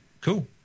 cool